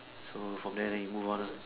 so from there then you move on uh